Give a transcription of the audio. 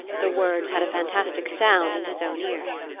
the words had a fantastic sound in his own ears.